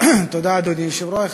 אדוני היושב-ראש,